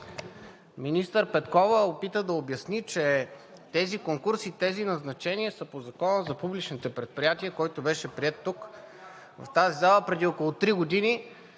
Министър Петкова се опита да обясни, че тези конкурси и назначения са по Закона за публичните предприятия, който беше приет тук, в тази зала, преди около три години